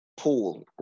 pool